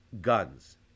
guns